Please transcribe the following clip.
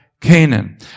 Canaan